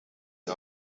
die